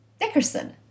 Dickerson